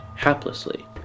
haplessly